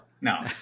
no